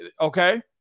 Okay